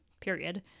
period